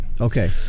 Okay